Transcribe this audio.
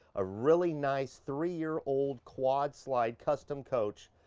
a really nice three year old quad slide custom coach.